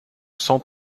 cent